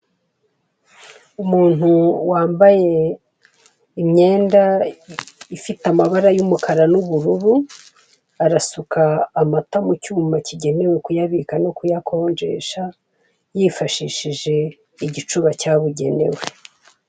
Umuntu wambaye imyenda ifite amabara y'umukara n'ubururu, arasuka amata mu cyuma kigenewe kuyabika no kuyakonjesha yifashishije igicuba cyabugenewe.